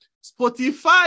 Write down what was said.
Spotify